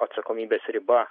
atsakomybės riba